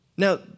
Now